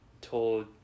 told